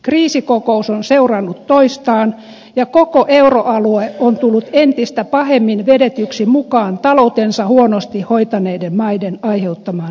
kriisikokous on seurannut toistaan ja koko euroalue on tullut entistä pahemmin vedetyksi mukaan taloutensa huonosti hoitaneiden maiden aiheuttamaan sotkuun